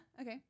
Okay